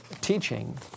teaching